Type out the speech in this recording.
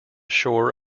shore